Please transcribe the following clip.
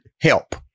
help